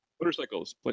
motorcycles